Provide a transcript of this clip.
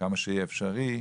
כמה שיהיה אפשרי.